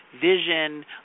vision